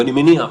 ואני מניח,